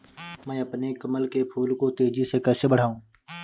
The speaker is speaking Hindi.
मैं अपने कमल के फूल को तेजी से कैसे बढाऊं?